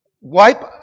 wipe